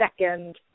second